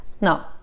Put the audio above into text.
No